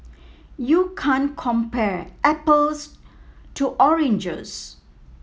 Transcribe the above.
you can't compare apples to oranges